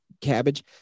cabbage